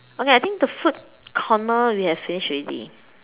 okay I think the food corner we have finished already